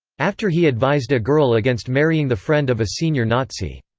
after he advised a girl against marrying the friend of a senior nazi.